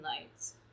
Lights